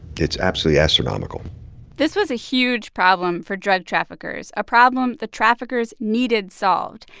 it's absolutely astronomical this was a huge problem for drug traffickers, a problem the traffickers needed solved.